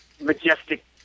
majestic